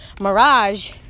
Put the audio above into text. Mirage